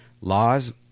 laws